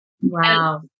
Wow